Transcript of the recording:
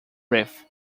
reef